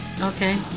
okay